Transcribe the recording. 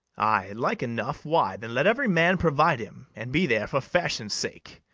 ay, like enough why, then, let every man provide him, and be there for fashion-sake.